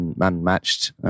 unmatched